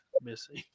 missing